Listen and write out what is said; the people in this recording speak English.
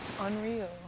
unreal